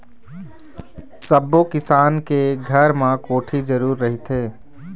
सब्बो किसान के घर म कोठी जरूर रहिथे